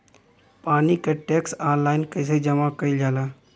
पानी क tax online कईसे जमा कईल जाला?